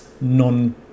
non